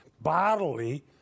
bodily